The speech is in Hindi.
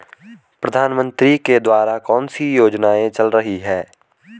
प्रधानमंत्री के द्वारा कौनसी योजनाएँ चल रही हैं?